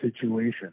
situation